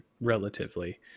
relatively